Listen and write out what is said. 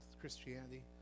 Christianity